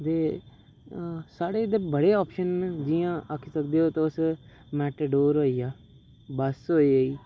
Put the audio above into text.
ते साढ़े इद्धर बढ़े आप्शन न जियां आक्खी सकदे ओ तुस मेटाडोर होई गेआ बस होई गेई